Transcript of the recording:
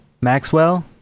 Maxwell